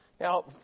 Now